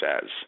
says